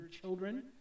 children